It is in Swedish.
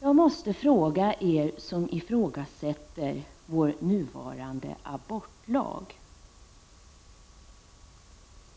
Jag måste fråga er som ifrågasätter vår nuvarande abortlag: